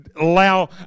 allow